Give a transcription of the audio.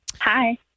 Hi